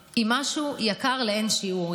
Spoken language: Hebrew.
יקר לאין שיעור.